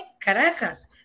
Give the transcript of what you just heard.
Caracas